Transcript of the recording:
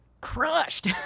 crushed